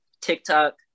TikTok